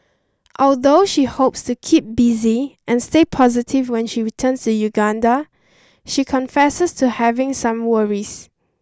although she hopes to keep busy and stay positive when she returns to Uganda she confesses to having some worries